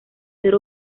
ser